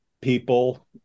people